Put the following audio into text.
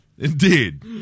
Indeed